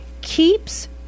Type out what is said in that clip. keeps